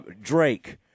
Drake